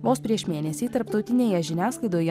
vos prieš mėnesį tarptautinėje žiniasklaidoje